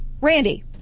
Randy